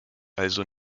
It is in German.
also